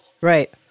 right